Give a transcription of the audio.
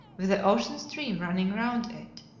with the ocean stream running round it,